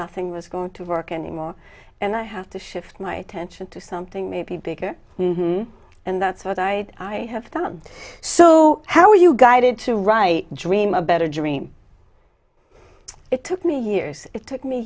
nothing was going to work anymore and i have to shift my attention to something maybe bigger and that's what i have done so how are you guided to write dream a better dream it took me years it took me